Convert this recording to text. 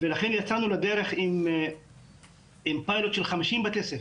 ולכן יצאנו לדרך עם פיילוט של 50 בתי ספר